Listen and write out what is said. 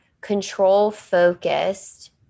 control-focused